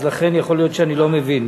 אז יכול להיות שאני לא מבין.